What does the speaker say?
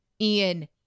Ian